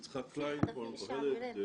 יצחק קליין, פורום קוהלת.